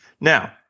Now